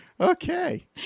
Okay